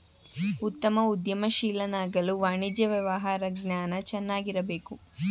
ಉತ್ತಮ ಉದ್ಯಮಶೀಲನಾಗಲು ವಾಣಿಜ್ಯ ವ್ಯವಹಾರ ಜ್ಞಾನ ಚೆನ್ನಾಗಿರಬೇಕು